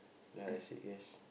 then I said yes